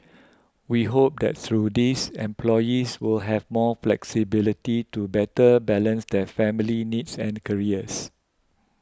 we hope that through these employees will have more flexibility to better balance their family needs and careers